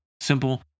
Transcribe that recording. simple